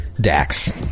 Dax